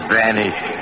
vanish